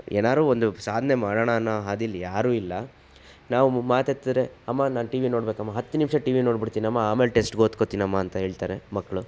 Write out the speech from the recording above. ಏನಾದ್ರೂ ಒಂದು ಸಾಧನೆ ಮಾಡೋಣ ಅನ್ನೋ ಹಾದಿಯಲ್ಲಿ ಯಾರು ಇಲ್ಲ ನಾವು ಮಾತೆತ್ತಿದ್ರೆ ಅಮ್ಮ ನಾನು ಟಿ ವಿ ನೋಡ್ಬೇಕಮ್ಮ ಹತ್ತು ನಿಮಿಷ ಟಿ ವಿ ನೋಡ್ಬಿಡ್ತೀನಮ್ಮ ಆಮೇಲೆ ಟೆಸ್ಟಿಗೆ ಓದ್ಕೊತೀನಮ್ಮ ಅಂತ ಹೇಳ್ತಾರೆ ಮಕ್ಕಳು